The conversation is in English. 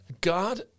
God